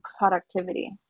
productivity